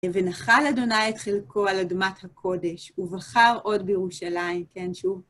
ונחל ה' את חלקו על אדמת הקודש, ובחר עוד בירושלים, כן, שוב.